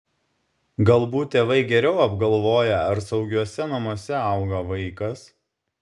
galbūt tėvai geriau apgalvoja ar saugiuose namuose auga vaikas